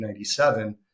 1997